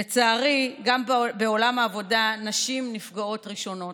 לצערי, גם בעולם העבודה נשים נפגעות ראשונות.